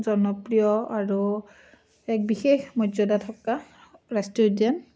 জনপ্ৰিয় আৰু এক বিশেষ মৰ্যাদা থকা ৰাষ্ট্ৰীয় উদান